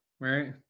right